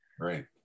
Right